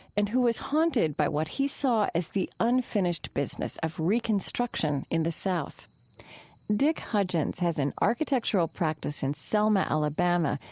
and who was haunted by what he saw as the unfinished business of reconstruction in the south dink hudgens has an architectural practice in selma, alabama.